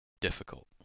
difficult